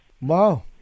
Wow